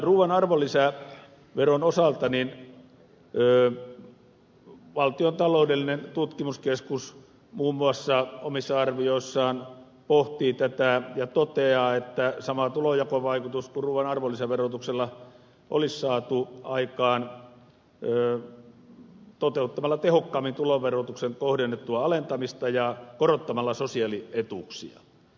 ruuan arvonlisäveron osalta valtion taloudellinen tutkimuskeskus muun muassa omissa arvioissaan pohtii tätä ja toteaa että sama tulonjakovaikutus kuin ruuan arvonlisäverotuksella olisi saatu aikaan toteuttamalla tehokkaammin tuloverotuksen kohdennettua alentamista ja korottamalla sosiaalietuuksia